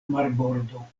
marbordo